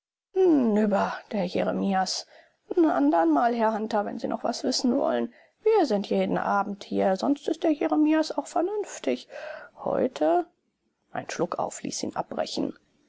der jeremias n andermal herr hunter wenn sie noch was wissen wollen wir sind jeden abend hier sonst ist der jeremias auch vernünftig heute ein schluckauf ließ ihn abbrechen